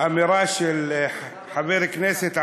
אמירה של חבר כנסת ערבי,